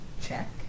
Check